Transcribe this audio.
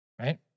right